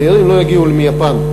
תיירים לא יגיעו מיפן,